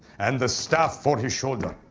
and the staff for his shoulder,